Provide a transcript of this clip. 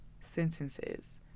sentences